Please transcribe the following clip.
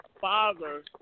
father